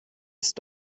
ist